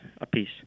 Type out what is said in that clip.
apiece